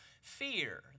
fear